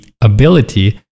ability